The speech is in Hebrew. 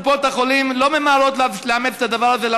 קופות החולים לא ממהרות לאמץ את הדבר הזה,